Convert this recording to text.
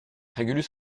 régulus